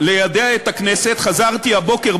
ליידע את הכנסת: חזרתי הבוקר,